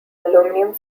aluminum